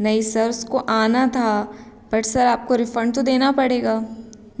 नहीं सर उसको आना था बट सर आपको रिफ़ंड तो देना पड़ेगा